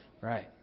Right